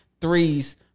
Threes